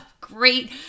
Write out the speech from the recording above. great